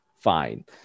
Fine